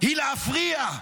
היא להפריע,